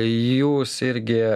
jūs irgi